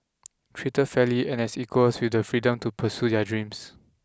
treated fairly and as equals with the freedom to pursue their dreams